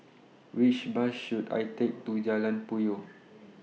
Which Bus should I Take to Jalan Puyoh